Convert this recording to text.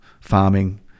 farming